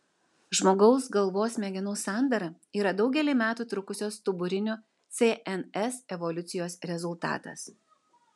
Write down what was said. žmogaus galvos smegenų sandara yra daugelį metų trukusios stuburinių cns evoliucijos rezultatas